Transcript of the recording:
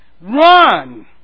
Run